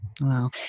Wow